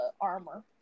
armor